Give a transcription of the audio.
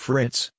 Fritz